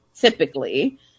typically